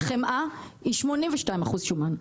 חמאה היא 82% שומן.